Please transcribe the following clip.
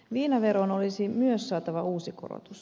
viinaveroon olisi myös saatava uusi korotus